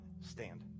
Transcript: stand